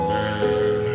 Man